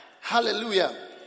Hallelujah